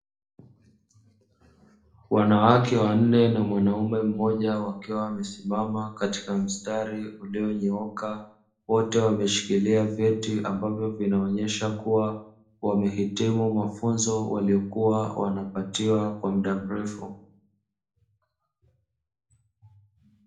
Wanawake wanne na mwanaume mmoja wakiwa wamesimama katika mstari ulionyooka, wote wameshikilia vyeti ambavyo vinaonyesha kuwa wamehitimu mafunzo waliokuwa wanapatiwa kwa muda mrefu.